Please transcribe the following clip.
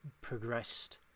progressed